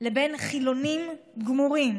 לבין חילונים גמורים,